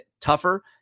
tougher